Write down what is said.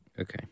Okay